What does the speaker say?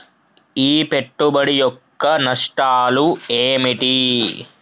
ఈ పెట్టుబడి యొక్క నష్టాలు ఏమిటి?